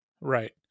Right